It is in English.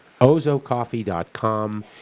OzoCoffee.com